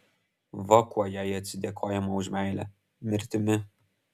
va kuo jai atsidėkojama už meilę mirtimi